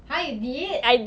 !huh! you did